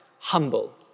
humble